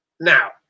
now